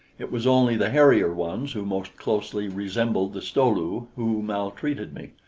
it was only the hairier ones, who most closely resembled the sto-lu, who maltreated me.